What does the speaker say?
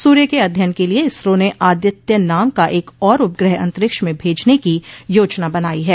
सूर्य के अध्ययन के लिए इसरो ने आदित्य नाम का एक और उपग्रह अंतरिक्ष में भेजने की योजना बनाई है